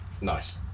Nice